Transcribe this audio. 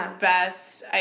best